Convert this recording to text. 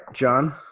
John